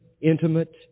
intimate